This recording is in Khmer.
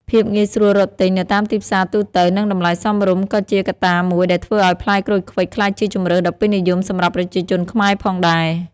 ភាពងាយស្រួលរកទិញនៅតាមទីផ្សារទូទៅ និងតម្លៃសមរម្យក៏ជាកត្តាមួយដែលធ្វើឲ្យផ្លែក្រូចឃ្វិចក្លាយជាជម្រើសដ៏ពេញនិយមសម្រាប់ប្រជាជនខ្មែរផងដែរ។